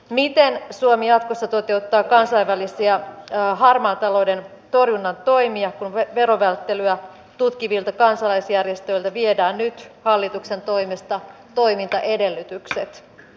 miten suomi jatkossa toteuttaa kansainvälisiä harmaan talouden torjunnan toimia kun verovälttelyä tutkivilta kansalaisjärjestöiltä viedään nyt hallituksen toimesta toimintaedellytykset